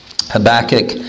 Habakkuk